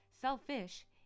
Selfish